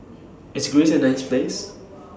IS Greece A nice Place